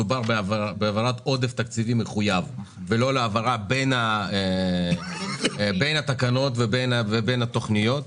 מדובר בהעברת עודף תקציבי מחויב ולא להעברה בין התקנות ובין התוכניות.